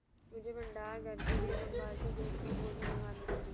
मुझे भंडार घर के लिए बंगाल से जूट की बोरी मंगानी पड़ी